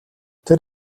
тэр